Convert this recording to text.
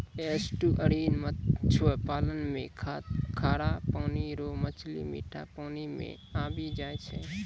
estuarine मत्स्य पालन मे खारा पानी रो मछली मीठा पानी मे आबी जाय छै